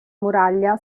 muraglia